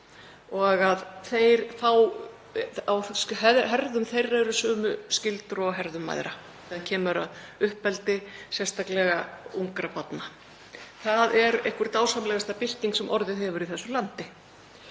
og að á herðum þeirra séu sömu skyldur og á herðum mæðra þegar kemur að uppeldi, sérstaklega ungra barna. Það er einhver dásamlegasta bylting sem orðið hefur í þessu landi.